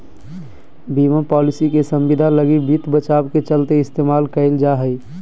बीमा पालिसी के संविदा लगी वित्त बचाव के चलते इस्तेमाल कईल जा हइ